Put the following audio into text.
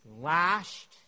lashed